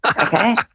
Okay